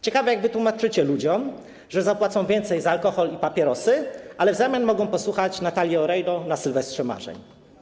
Ciekawe, jak wytłumaczycie ludziom, że zapłacą więcej za alkohol i papierosy, ale w zamian mogą posłuchać Natalii Oreiro na „Sylwestrze marzeń”